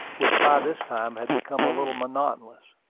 which by this time had become a little monotonous,